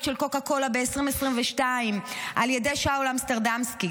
של קוקה קולה ב-2022 על ידי שאול אמסטרדמסקי,